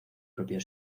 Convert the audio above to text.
propio